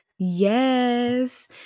Yes